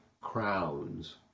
crowns